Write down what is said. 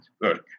work